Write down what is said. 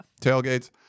tailgates